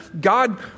God